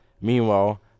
Meanwhile